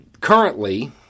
currently